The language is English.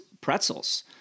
pretzels